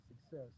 success